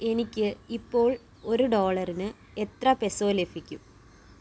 എനിക്ക് ഇപ്പോൾ ഒരു ഡോളറിന് എത്ര പെസോ ലഭിക്കും